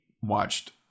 watched